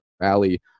valley